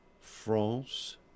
France